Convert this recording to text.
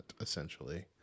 essentially